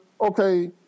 okay